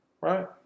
right